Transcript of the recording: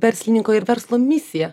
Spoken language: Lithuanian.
verslininko ir verslo misiją